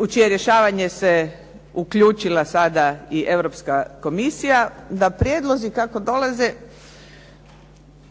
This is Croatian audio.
u čije rješavanje se uključila sada i Europska komisija da prijedlozi kako dolaze